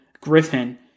Griffin